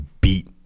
beat